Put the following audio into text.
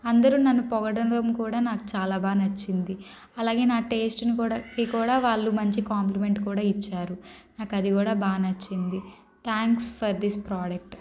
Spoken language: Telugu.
అందరు నన్ను పొగడడం కూడా నాకు చాలా బాగా నచ్చింది అలాగే నా టేస్ట్ని కూడా వాళ్ళు మంచి కాంప్లిమెంట్ కూడా ఇచ్చారు నాకు అది కూడా బాగా నచ్చింది థాంక్స్ ఫర్ దిస్ ప్రోడక్ట్